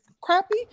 crappy